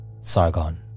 Sargon